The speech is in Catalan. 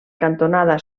cantonada